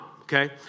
okay